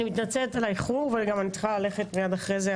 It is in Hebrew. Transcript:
אני מתנצלת על האיחור ואני גם צריכה ללכת מייד אחרי זה,